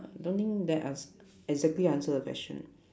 don't think that ans~ exactly answer the question